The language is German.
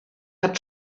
hat